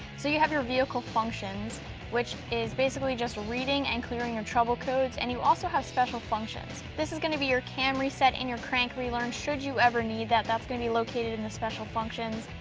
so you have your vehicle functions which is basically just reading and clearing your trouble codes and you also have special functions this is gonna be your kam reset and your crank relearn should you ever need that. that's gonna be located in the special functions.